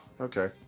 Okay